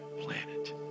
planet